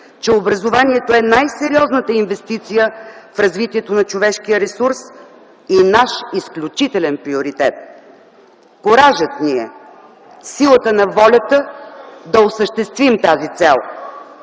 че образованието е най-сериозната инвестиция в развитието на човешкия ресурс и наш изключителен приоритет. Куражът ни е – със силата на волята да осъществим тази цел.